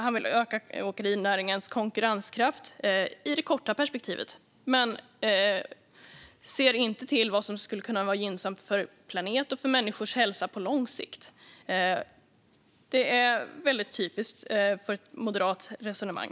Han vill öka åkerinäringens konkurrenskraft i det korta perspektivet men ser inte på vad som skulle kunna vara gynnsamt för planeten och för människors hälsa på lång sikt. Det är mycket typiskt för ett moderat resonemang.